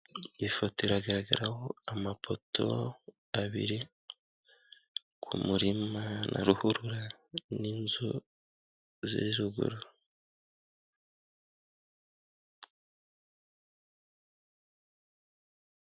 Ifoto iragaragaraho amapoto abiri ku murima na ruhurura n'inzu ziri ruguru.